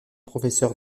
professeur